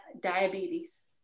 diabetes